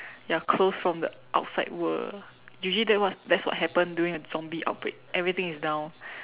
ya close from the outside world usually that's what that's what happened during a zombie outbreak everything is down